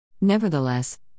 Nevertheless